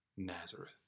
Nazareth